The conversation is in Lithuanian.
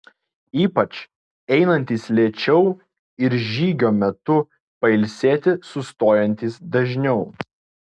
ypač einantys lėčiau ir žygio metu pailsėti sustojantys dažniau